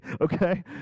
okay